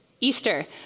Easter